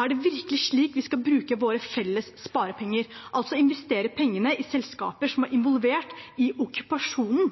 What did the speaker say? Er det virkelig slik vi skal bruke våre felles sparepenger, altså investere pengene i selskaper som er involvert i okkupasjonen?